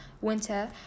winter